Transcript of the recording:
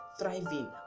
thriving